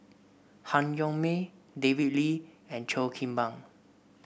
Han Yong May David Lee and Cheo Kim Ban